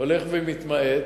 הולך ומתמעט,